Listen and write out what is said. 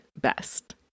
best